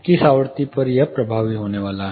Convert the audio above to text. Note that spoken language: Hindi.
किस आवृत्ति पर यह प्रभावी होने वाला है